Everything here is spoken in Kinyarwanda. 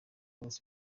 bose